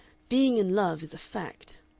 being in love is a fact.